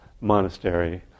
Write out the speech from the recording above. monastery